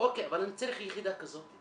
אבל אני צריך יחידה כזאת.